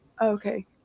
Okay